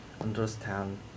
understand